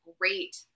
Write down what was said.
great